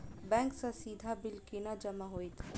Bank सँ सीधा bill केना जमा होइत?